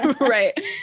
right